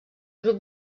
grup